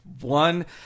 one